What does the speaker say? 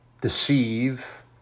deceive